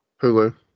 Hulu